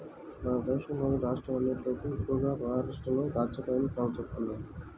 మన దేశంలోని రాష్ట్రాలన్నటిలోకి ఎక్కువగా మహరాష్ట్రలో దాచ్చాకాయల్ని సాగు చేత్తన్నారు